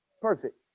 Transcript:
perfect